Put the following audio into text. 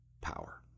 power